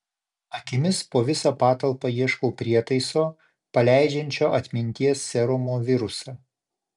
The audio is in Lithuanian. akimis po visą patalpą ieškau prietaiso paleidžiančio atminties serumo virusą